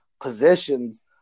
positions